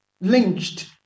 lynched